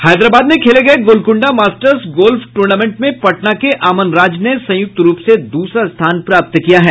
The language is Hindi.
हैदराबाद में खेले गये गोलकुंडा मास्टर्स गोल्फ टूर्नामेंट में पटना के अमन राज ने संयुक्त रूप से दूसरा स्थान प्राप्त किया है